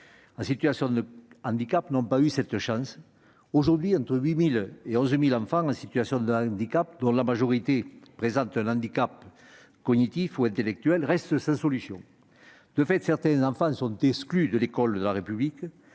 en situation de handicap, n'ont pas eu cette chance. Aujourd'hui, entre 8 000 et 11 000 enfants en situation de handicap- la majorité présente un handicap cognitif ou intellectuel -restent sans solution. De fait, certains enfants sont exclus de l'école de la République.